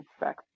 back